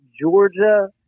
Georgia